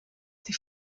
die